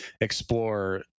explore